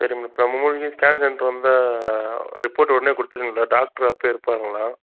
சரி மேடம் இப்போ நான் மூணு மணிக்கு ஸ்கேன் சென்டர் வந்தா ரிப்போர்ட் உடனே கொடுத்துடுவீங்களா டாக்டர் அப்போயே இருப்பாங்களா